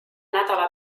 nädala